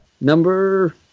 Number